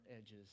edges